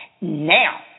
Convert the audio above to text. Now